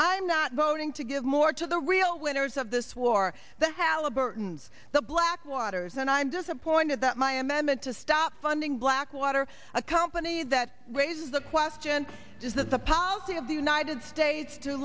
i'm not voting to give more to the real winners of this war the halliburton's the blackwaters and i'm disappointed that my amendment to stop funding blackwater a company that raises the question is that the policy of the united states